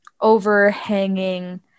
overhanging